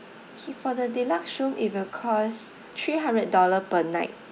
K for the deluxe room it will cost three hundred dollar per night